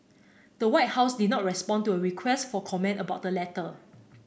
the White House did not respond to a request for comment about the letter